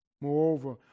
Moreover